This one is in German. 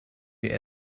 wir